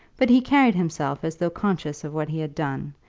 but he carried himself as though conscious of what he had done,